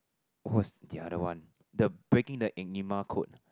what's the other one the breaking the Enigma code